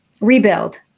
Rebuild